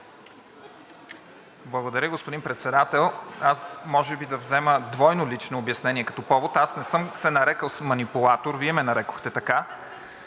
Благодаря, господин Председател. Аз може би да взема двойно лично обяснение като повод. Аз не съм се нарекъл манипулатор, Вие ме нарекохте така,